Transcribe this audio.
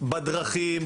בדרכים,